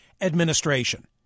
administration